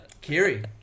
Kiri